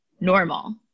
normal